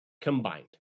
combined